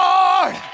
Lord